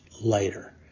later